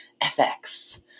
FX